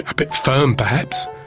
ah bit firm perhaps.